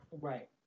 Right